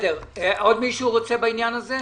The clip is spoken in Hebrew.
עוד מישהו רוצה להתייחס לעניין הזה?